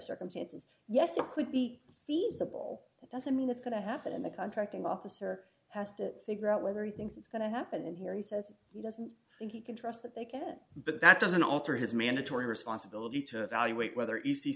circumstances yes it could be feasible it doesn't mean that's going to happen in the contracting officer past it figure out whether he thinks it's going to happen here he says he doesn't think he can trust that they can but that doesn't alter his mandatory responsibility to valuate whether e